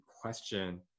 question